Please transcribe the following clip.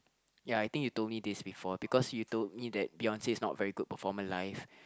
ya I think you told me this before because you told me that Beyonce is not a very good performer live